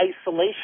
isolation